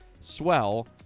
swell